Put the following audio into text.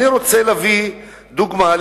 אני רוצה להביא דוגמה,